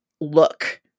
look